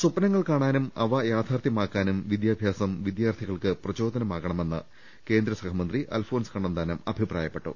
സ്വപ്നങ്ങൾ കാണാനും അവ യാഥാർഥ്യമാക്കാനും വിദ്യാഭ്യാസം വിദ്യാർഥികൾക്ക് പ്രചോദനമാകണമെന്ന് കേന്ദ്രസഹമന്ത്രി അൽഫോൺസ് കണ്ണന്താനം അഭിപ്രായപ്പെട്ടു